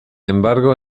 embargo